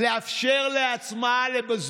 ואיפה אנחנו,